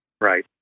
Right